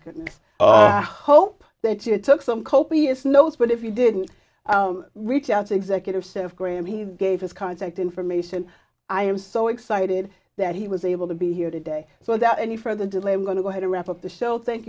goodness i hope that you took some copious notes but if you didn't reach out to executive said graham he gave his contact information i am so excited that he was able to be here today so that any further delay i'm going to have to wrap up the show thank